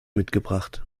mitgebracht